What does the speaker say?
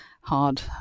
hard